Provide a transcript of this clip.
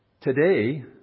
today